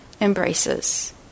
embraces